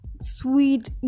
sweet